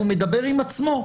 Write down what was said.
הוא מדבר עם עצמו,